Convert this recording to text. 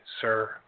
sir